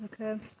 Okay